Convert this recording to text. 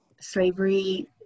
Slavery